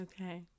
Okay